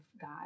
God